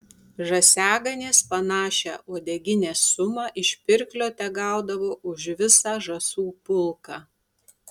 žąsiaganės panašią uodeginės sumą iš pirklio tegaudavo už visą žąsų pulką